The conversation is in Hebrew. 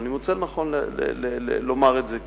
אבל אני מוצא לנכון לומר את זה,